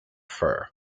fur